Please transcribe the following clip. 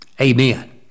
amen